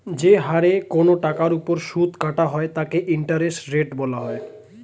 যে হারে কোন টাকার উপর সুদ কাটা হয় তাকে ইন্টারেস্ট রেট বলা হয়